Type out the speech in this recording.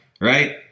Right